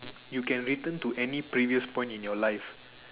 you can return to any previous point in your life